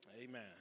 Amen